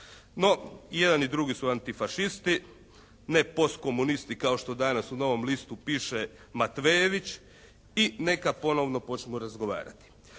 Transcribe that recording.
No i jedan i drugi su antifašisti. Ne postkomunisti kao što danas u Novom listu piše Matvejević i neka ponovno počnu razgovarati.